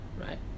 right